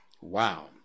wow